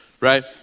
right